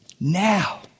Now